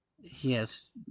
Yes